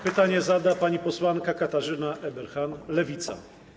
Pytanie zada pani posłanka Katarzyna Ueberhan, Lewica.